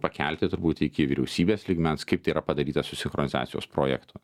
pakelti turbūt iki vyriausybės lygmens kaip tai yra padaryta su sinchronizacijos projektu